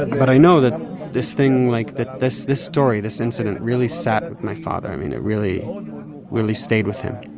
but i know that this thing like, that this this story, this incident, really sat with my father. i mean, it really really stayed with him